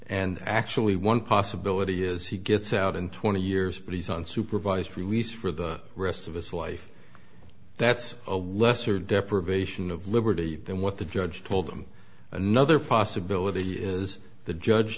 and actually one possibility is he gets out in twenty years but he's on supervised release for the rest of his life that's a lesser deprivation of liberty than what the judge told him another possibility is the judge